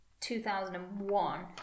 2001